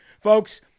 Folks